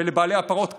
ולבעלי הפרות,